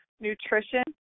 nutrition